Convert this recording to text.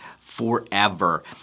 forever